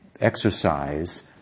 exercise